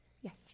Yes